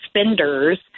spenders